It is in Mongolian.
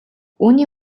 үүний